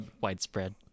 widespread